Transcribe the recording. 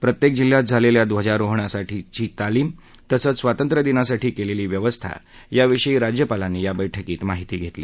प्रत्येक जिल्ह्यात झालेल्या ध्वजारोहणासाठी झालेली तालीम तसंच स्वातंत्र्यदिनासाठी केलेली व्यवस्था याविषयी राज्यपालांनी या बैठकीत माहिती घेतली